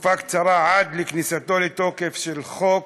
תקופה קצרה, עד לכניסתו לתוקף של חוק